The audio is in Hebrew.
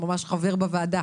תודה על זכות הדיבור,